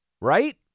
right